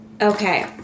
Okay